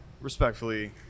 Respectfully